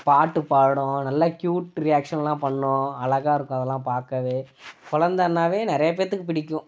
பாட்டுப் பாடும் நல்லா க்யூட் ரியாக்ஷன்லாம் பண்ணும் அழகாக இருக்கும் அதெல்லாம் பார்க்கவே குழந்தனாவே நிறையாப் பேற்றுக்குப் பிடிக்கும்